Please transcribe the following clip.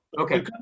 Okay